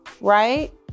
Right